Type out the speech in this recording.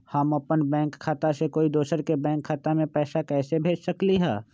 हम अपन बैंक खाता से कोई दोसर के बैंक खाता में पैसा कैसे भेज सकली ह?